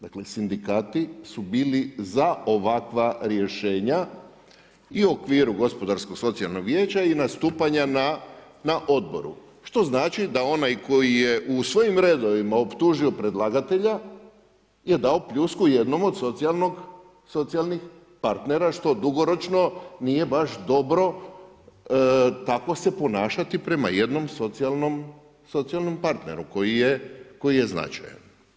Dakle sindikati su bili za ovakva rješenja i u okviru gospodarskog socijalnog vijeća i nastupanja na odboru, što znači da onaj koji je u svojim redovima optužio predlagatelja je dao pljusku jednom od socijalnih partnera, što dugoročno nije baš dobro tako se ponašati prema jednom socijalnom partneru koji je značajan.